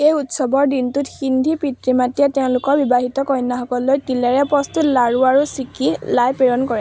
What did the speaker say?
এই উৎসৱৰ দিনটোত সিন্ধি পিতৃ মাতৃয়ে তেওঁলোকৰ বিবাহিত কন্যাসকললৈ তিলেৰে প্ৰস্তুত লাড়ু আৰু চিক্কি লাই প্ৰেৰণ কৰে